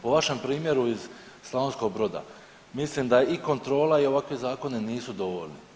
Po vašem primjeru iz Slavonskog Broda mislim da i kontrola i ovakvi zakoni nisu dovoljni.